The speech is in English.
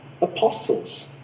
apostles